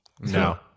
No